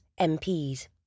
MPs